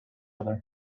other